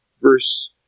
verse